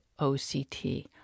OCT